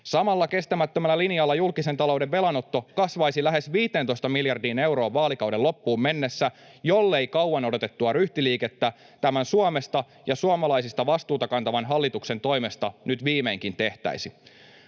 Samalla kestämättömällä linjalla julkisen talouden velanotto kasvaisi lähes 15 miljardiin euroon vaalikauden loppuun mennessä, jollei kauan odotettua ryhtiliikettä tämän Suomesta ja suomalaisista vastuuta kantavan hallituksen toimesta nyt viimeinkin tehtäisi.